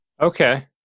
Okay